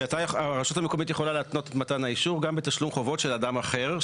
הרשות המקומית יכולה להתנות את מתן האישור גם בתשלום חובות של אדם אחר,